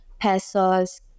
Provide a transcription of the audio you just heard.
pesos